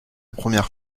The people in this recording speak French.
première